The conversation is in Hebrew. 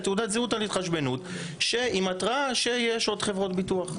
תעודת זהות על התחשבנות עם התראה שיש עוד חברות ביטוח.